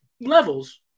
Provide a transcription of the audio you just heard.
levels